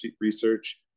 research